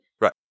Right